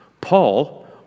Paul